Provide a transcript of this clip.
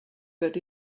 that